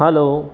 hello